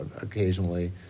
occasionally